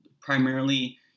primarily